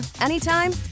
anytime